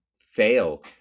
fail